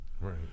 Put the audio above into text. Right